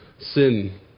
sin